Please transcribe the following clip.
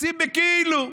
עושים בכאילו.